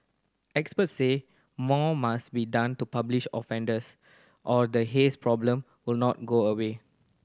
experts say more must be done to publish offenders or the haze problem will not go away